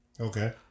Okay